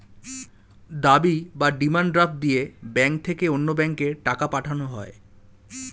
দাবি বা demand draft দিয়ে ব্যাংক থেকে অন্য ব্যাংকে টাকা পাঠানো হয়